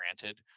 granted